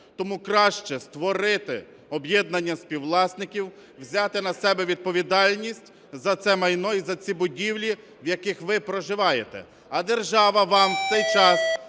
Тому краще створити об'єднання співвласників, взяти на себе відповідальність за це майно і за ці будівлі, в яких ви проживаєте. А держава вам в цей час